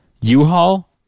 U-Haul